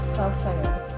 self-centered